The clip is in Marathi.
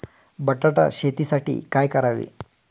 बटाटा शेतीसाठी काय करावे?